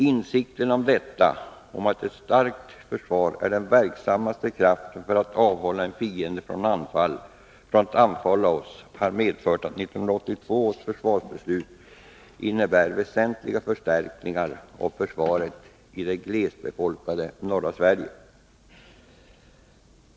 Insikten om detta och om att ett starkt svenskt försvar är den verksammaste kraften för att avhålla en fiende från att anfalla oss har medfört att 1982 års försvarsbeslut innebär väsentliga förstärkningar av försvaret i det glesbefolkade norra Sverige.